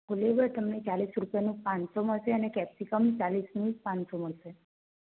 બરોબર તમને ચાલીસ રૂપિયાનું પાનસો હશે અને કેપ્સિકમ ચાલીસનું પાનસો મળશે